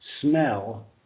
smell